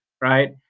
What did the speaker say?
right